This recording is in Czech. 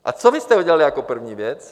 A co vy jste udělali jako první věc?